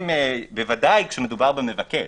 ודאי כשמדובר במבקש.